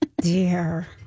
dear